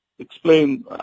explain